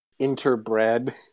interbred